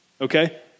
Okay